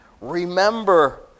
remember